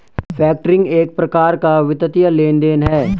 factoring एक प्रकार का वित्तीय लेन देन है